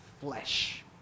flesh